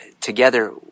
together